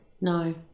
no